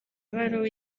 ibaruwa